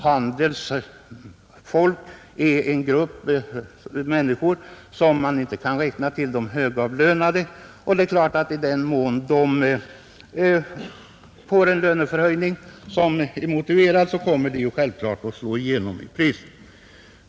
Handelns folk kan ju inte räknas till de högavlönade, och i den mån de får en löneförhöjning, som är motiverad, kommer det självfallet att slå igenom på priserna.